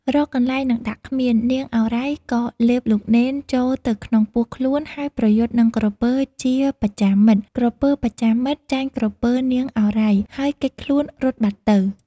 រកកន្លែងនឹងដាក់គ្មាន នាងឱរ៉ៃ ក៏លេបលោកនេន ចូលទៅក្នុងពោះខ្លួនហើយប្រយុទ្ធនឹងក្រពើជាបច្ចាមិត្ត ។ ក្រពើបច្ចាមិត្ត ចាញ់ក្រពើនាងឱរ៉ៃ ហើយគេចខ្លួន រត់បាត់ទៅ ។